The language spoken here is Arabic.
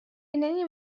إنني